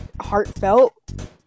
heartfelt